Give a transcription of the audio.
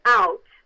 out